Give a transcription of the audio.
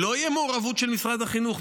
לא תהיה מעורבות של משרד החינוך,